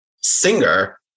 singer